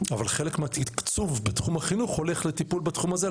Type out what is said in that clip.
אבל חלק מהתקצוב בתחום החינוך הולך לטיפול בתחום הזה,